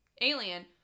alien